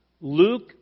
Luke